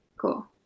Cool